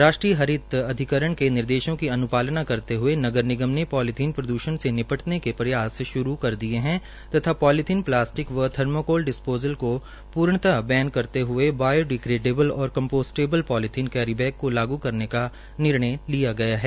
राष्ट्रीय हरित अधिकरण के निर्देशों की अनुपालना करते हुए नगर निगम ने पॉलीथीन प्रद्षण से निपटने के प्रयास शुरू कर दिये हैं तथा पालीथीन प्लास्टिक व थर्मोकोल डिस्पोसल को पूर्णतः बैन करते हुए बायोग्रेडेबल व कांपोस्टेबल पॉलीथीन कैरी बैग को लागू करने का निर्णय लिया गया है